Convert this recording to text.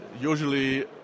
usually